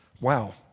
Wow